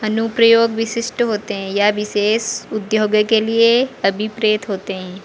अनुप्रयोग विशिष्ट होते हैं यह विशेष उद्योगों के लिए अभिप्रेरित होते हैं